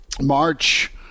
March